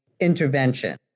intervention